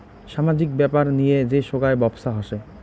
সামাজিক ব্যাপার নিয়ে যে সোগায় ব্যপছা হসে